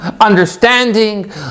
understanding